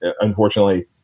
Unfortunately